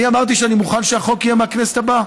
אני אמרתי שאני מוכן שהחוק יהיה מהכנסת הבאה,